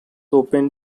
open